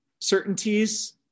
certainties